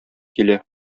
килә